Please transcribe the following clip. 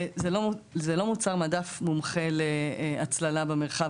זה לא מוצר מדף מומחה להצללה במרחב